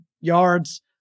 yards